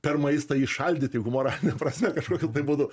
per maistą įšaldyti humoralinę prasme kažkokiu tai būdu